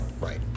right